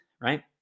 right